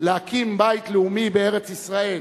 להקים בית לאומי בארץ-ישראל,